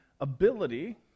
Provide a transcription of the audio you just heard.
ability